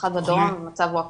במיוחד בדרום המצב הוא אקוטי.